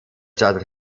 stadt